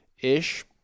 ish